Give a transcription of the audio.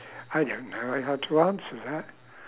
I don't know uh how to answer that